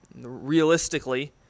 realistically